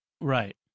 Right